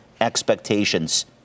expectations